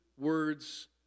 words